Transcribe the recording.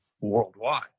worldwide